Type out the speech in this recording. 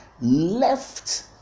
left